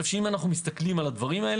הדברים קרו